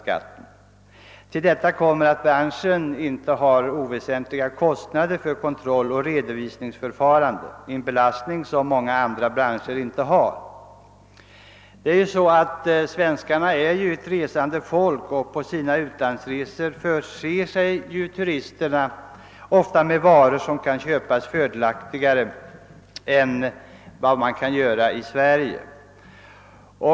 Härtill kommer att branschen har icke oväsentliga kostnader för kontroll och redovisningsförfarande — en belastning som många andra branscher inte har. Svenskarna är som bekant ett resande folk, och på sina utlandsresor förser sig turisterna ofta med varor som kan köpas fördelaktigare i det besökta landet än i Sverige.